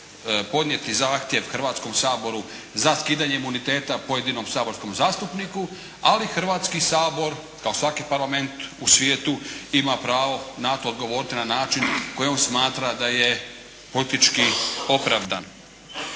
podnijeti zahtjev Hrvatskom saboru za skidanje imuniteta pojedinom saborskom zastupniku, ali Hrvatski sabor kao svaki Parlament u svijetu ima pravo na to odgovoriti na način na koji on smatra da je politički opravdan.